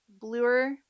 bluer